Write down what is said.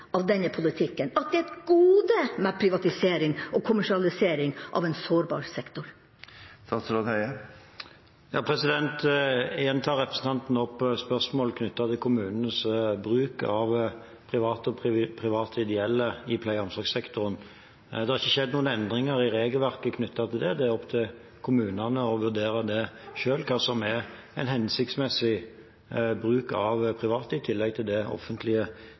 av denne politikken – at det er et gode med privatisering og kommersialisering av en sårbar sektor? Igjen tar representanten opp spørsmål knyttet til kommunenes bruk av private og ideelle i pleie- og omsorgssektoren. Det har ikke skjedd noen endringer i regelverket knyttet til det, det er opp til kommunene å vurdere selv hva som er en hensiktsmessig bruk av private i tillegg til det offentlige